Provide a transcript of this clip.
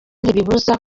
ntibibuza